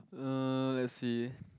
uh let's see